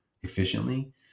efficiently